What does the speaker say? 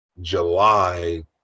July